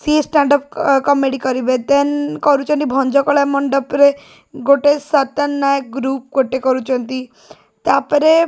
ସିଏ stand up comedy କରିବେ ଦେନ୍ କରୁଛନ୍ତି ଭଞ୍ଜକଳା ମଣ୍ଡପରେ ଗୋଟେ ସତର ନାୟକ ଗ୍ରୁପ୍ ଗୋଟେ କରୁଛନ୍ତି ତା'ପରେ